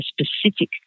specific